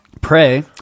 pray